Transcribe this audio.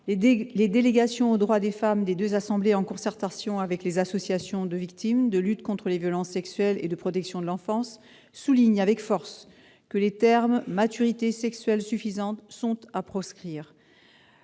les délégations aux droits des femmes des deux assemblées, en concertation avec les associations de victimes, de lutte contre les violences sexuelles et de protection de l'enfance, soulignent avec force que l'expression « maturité sexuelle suffisante » est à proscrire.